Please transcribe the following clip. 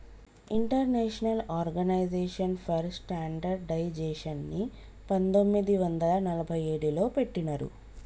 international organisation for స్టాండర్డయిజేషన్ని పంతొమ్మిది వందల నలభై ఏడులో పెట్టినరు